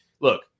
Look